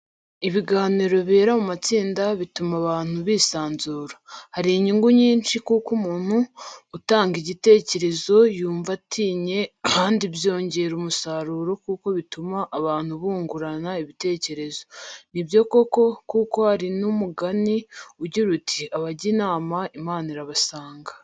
Ibiganiro bibera mu matsinda bituma abantu bisanzura. Hari inyungu nyinshi kuko umuntu utanga igitekerezo yumva adatinye kandi byongera umusaruro kuko bituma abantu bungurana ibitekerezo. Nibyo koko kuko hari ni umugani ugira uti "Abajya inama, Imana irabasanga!."